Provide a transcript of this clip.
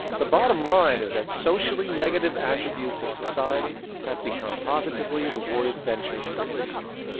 the bottom line is that socially negative attributes of society. have become positively rewarded ventures for industry.